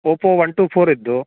Oppo one two four ಇದೆ